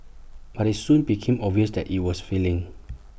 but IT soon became obvious that IT was failing